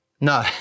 No